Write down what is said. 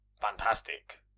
fantastic